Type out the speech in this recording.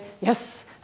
yes